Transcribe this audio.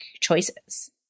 choices